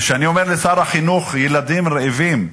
וכשאני אומר לשר החינוך: ילדים רעבים,